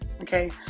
okay